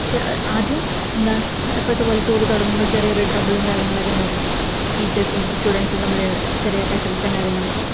പക്ഷെ ആദ്യം എന്താ ഇപ്പഴത്തെ പോലെ ടൂറ് തുടങ്ങുമ്പം ചെറിയ ഒരു ട്രബിളും കാര്യങ്ങളൊക്കെ ഉണ്ടായിരുന്നു ടീച്ചേഴ്സും സ്റ്റുഡന്സും തമ്മില് ചെറിയ കശപിശ കാര്യങ്ങളൊക്കെ